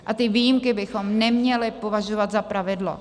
A ty výjimky bychom neměli považovat za pravidlo.